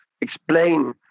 explain